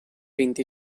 vint